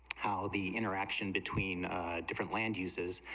how the interaction between a different land uses,